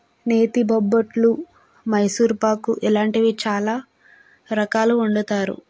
నేతి బొబ్బట్లు మైసూరుపాకు ఇలాంటివి చాలా రకాలు వండుతారు